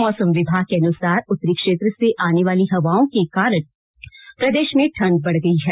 मौसम विभाग के अनुसार उत्तरी क्षेत्र से आने वाली हवाओं के कारण प्रदेश में ठंड बढ़ गई है